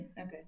okay